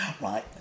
Right